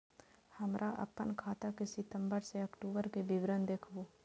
हमरा अपन खाता के सितम्बर से अक्टूबर के विवरण देखबु?